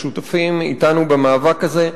ששותפים אתנו במאבק הזה,